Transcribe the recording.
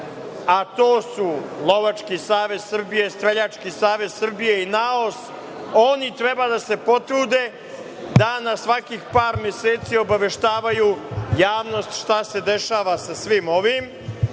a to su Lovački savez Srbije, Streljački savez Srbije i NAOS, oni treba da se potrude da na svakih par meseci obaveštavaju javnost šta se dešava sa svim ovim. Još